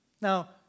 Now